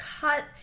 cut